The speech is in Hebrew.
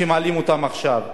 שמעלים אותם עכשיו.